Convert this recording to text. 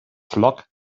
flock